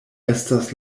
estas